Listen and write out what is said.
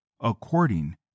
according